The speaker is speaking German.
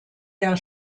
der